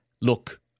look